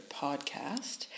podcast